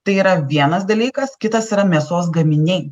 tai yra vienas dalykas kitas yra mėsos gaminiai